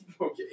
Okay